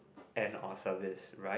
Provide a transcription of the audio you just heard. and on service right